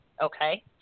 Okay